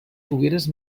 fogueres